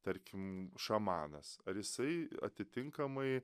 tarkim šamanas ar jisai atitinkamai